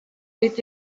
est